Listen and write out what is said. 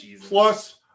Plus